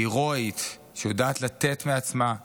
הירואית, שיודעת לתת מעצמה,